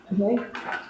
Okay